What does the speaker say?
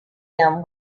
him